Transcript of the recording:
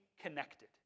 connected